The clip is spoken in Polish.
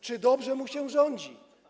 czy dobrze mu się rządzi.